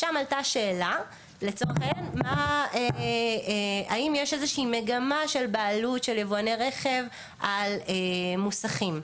שם עלתה השאלה אם יש איזושהי מגמה של בעלות של יבואני רכב על מוסכים,